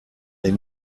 est